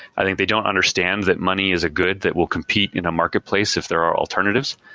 i think they don't understand that money is a good that will compete in a marketplace if there are alternatives.